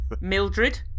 Mildred